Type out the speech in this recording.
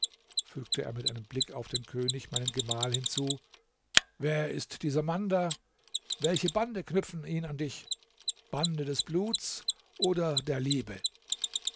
fügte er mit einem blick auf den könig meinen gemahl hinzu wer ist dieser mann da welche bande knüpfen ihn an dich bande des bluts oder der liebe